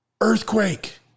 Earthquake